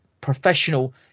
professional